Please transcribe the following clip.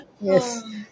yes